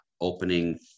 opening